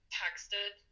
texted